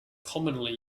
commonly